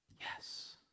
yes